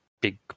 big